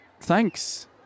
thanks